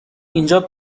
اینجا